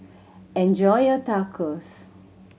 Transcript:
enjoy your Tacos